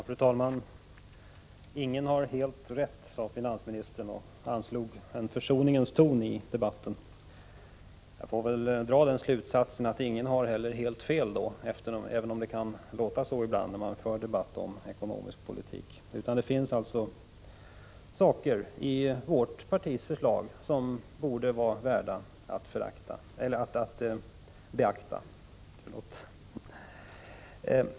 Fru talman! Ingen har helt rätt, sade finansministern och anslog därmed en försoningens ton i debatten. Jag får väl då dra den slutsatsen att ingen heller har helt fel, även om det kan låta så ibland när det förs debatt om ekonomisk politik. Det finns alltså saker i vårt partis förslag som borde vara värda att beakta.